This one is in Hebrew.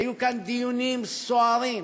היו כאן דיונים סוערים,